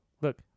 look